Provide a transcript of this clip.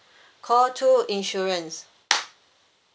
call two insurance